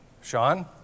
Sean